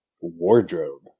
wardrobe